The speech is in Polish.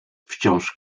wciąż